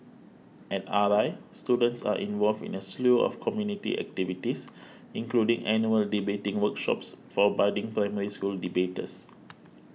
at R I students are involved in a slew of community activities including annual debating workshops for budding Primary School debaters